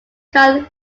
carl